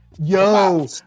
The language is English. Yo